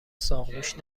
ساقدوشت